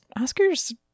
Oscar's